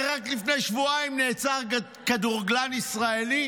הרי רק לפני שבועיים נעצר כדורגלן ישראלי